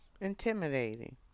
Intimidating